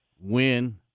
win